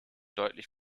deutlich